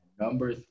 Number